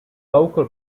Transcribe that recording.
local